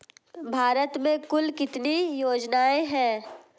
भारत में कुल कितनी योजनाएं हैं?